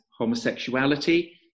homosexuality